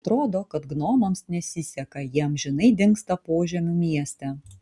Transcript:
atrodo kad gnomams nesiseka jie amžinai dingsta požemių mieste